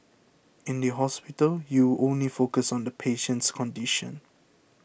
in the hospital you only focus on the patient's condition